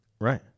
Right